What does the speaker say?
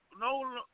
no –